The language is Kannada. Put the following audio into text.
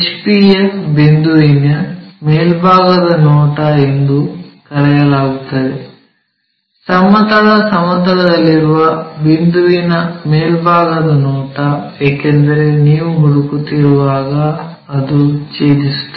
ಪಿ ಯ ಬಿಂದುವಿನ ಮೇಲ್ಭಾಗದ ನೋಟ ಎಂದೂ ಕರೆಯಲಾಗುತ್ತದೆ ಸಮತಲ ಸಮತಲದಲ್ಲಿರುವ ಬಿಂದುವಿನ ಮೇಲ್ಭಾಗದ ನೋಟ ಏಕೆಂದರೆ ನೀವು ಹುಡುಕುತ್ತಿರುವಾಗ ಅದು ಛೇದಿಸುತ್ತದೆ